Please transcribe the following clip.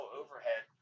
overhead